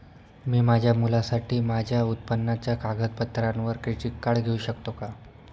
मी माझ्या मुलासाठी माझ्या उत्पन्नाच्या कागदपत्रांवर क्रेडिट कार्ड घेऊ शकतो का?